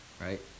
right